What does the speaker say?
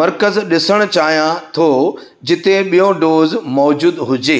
मर्कज़ ॾिसणु चाहियां थो जिते ॿियो डोज़ मौजूदु हुजे